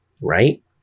right